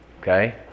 Okay